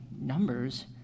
Numbers